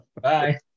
Bye